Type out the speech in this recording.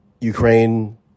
Ukraine